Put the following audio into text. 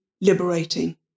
liberating